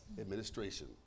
administration